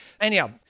Anyhow